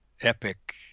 epic